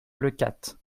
leucate